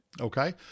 okay